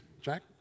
Jack